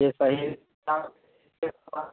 यह सही